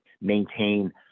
maintain